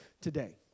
today